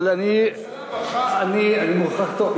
אבל אני מוכרח להודות,